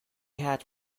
hatch